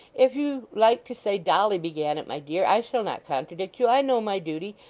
if you like to say dolly began it, my dear, i shall not contradict you. i know my duty.